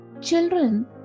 Children